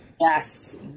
Yes